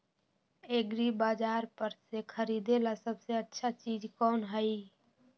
एग्रिबाजार पर से खरीदे ला सबसे अच्छा चीज कोन हई?